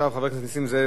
חבר הכנסת נסים זאב רשום.